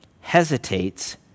hesitates